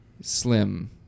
slim